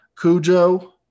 Cujo